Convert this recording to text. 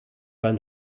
van